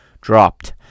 dropped